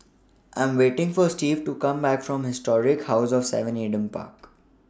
I'm waiting For Steve to Come Back from Historic House of seven Adam Park